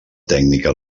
tècnica